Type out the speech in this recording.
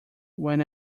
when